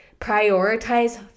prioritize